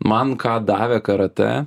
man ką davė karatė